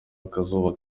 akazuba